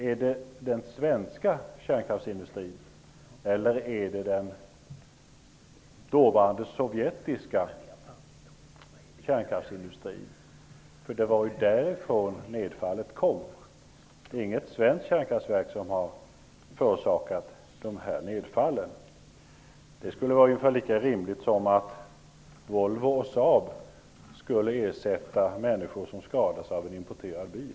Är det den svenska kärnkraftsindustrin, eller är det dåvarande sovjetiska kärnkraftsindustrin? Det var ju från Sovjet som nedfallet kom. Det är inget svenskt kärnkraftverk som har förorsakat nedfallen. Det skulle vara ungefär lika rimligt som att Volvo och Saab skulle ersätta människor som skadas av en importerad bil.